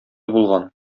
булган